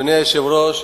אדוני היושב-ראש,